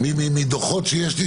מדוחות שיש לי,